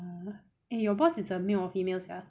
oh eh your boss is a male or female sia